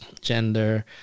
gender